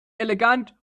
elegant